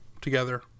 together